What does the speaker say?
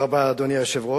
תודה, אדוני היושב-ראש.